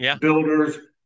builders